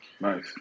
Nice